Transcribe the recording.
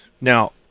now